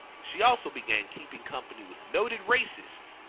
she also began keeping company with noted racists,